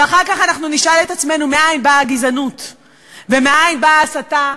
ואחר כך אנחנו נשאל את עצמנו מאין באה הגזענות ומאין באה ההסתה.